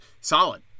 solid